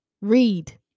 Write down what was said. Read